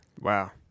Wow